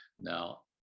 Now